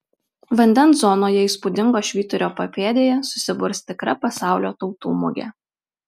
vandens zonoje įspūdingo švyturio papėdėje susiburs tikra pasaulio tautų mugė